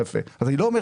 אז אני לא אומר